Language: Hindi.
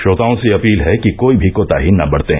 श्रोताओं से अपील है कि कोई भी कोताही न बरतें